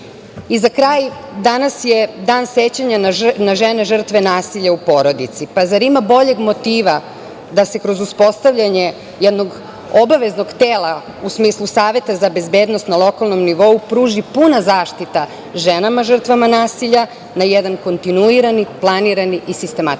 ne.Za kraj, danas je Dan sećanja na žene žrtve nasilja u porodici. Pa, zar ima bolje motiva da se kroz uspostavljanje jednog obaveznog tela u smislu Saveta za bezbednost na lokalnom nivou pruži puna zaštita ženama žrtvama nasilja na jedan kontinuirani planirani i sistematičan način.